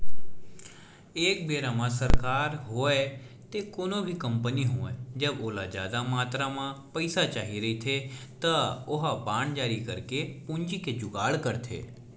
एक बेरा म सरकार होवय ते कोनो भी कंपनी होवय जब ओला जादा मातरा म पइसा चाही रहिथे त ओहा बांड जारी करके पूंजी के जुगाड़ करथे